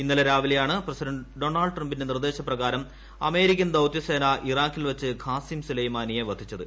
ഇന്നലെ രാവിലെയാണ് president Donald ട്രംപിന്റെ നിർദ്ദേശപ്രകാരം അമേരിക്കൻ ദൌത്യസേന ഇറാഖിൽ വച്ച് ഖാസിം സുലൈമാനിയെ വധിച്ചത്